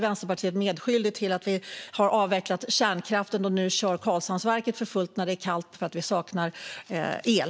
Vänsterpartiet är ju medskyldigt till att Sverige har avvecklat kärnkraften och nu i stället kör Karlshamnsverket för fullt när det är kallt eftersom det saknas el.